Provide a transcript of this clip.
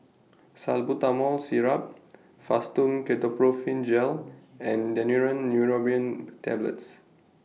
Salbutamol Syrup Fastum Ketoprofen Gel and Daneuron Neurobion Tablets